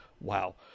Wow